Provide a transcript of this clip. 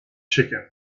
chicken